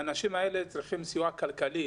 האנשים האלה זקוקים לסיוע כלכלי,